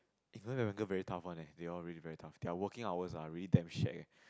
investment banker very tough one eh they all really very tough their working hours ah really damn shag eh